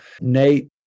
nate